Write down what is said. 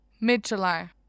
Mid-July